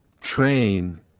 train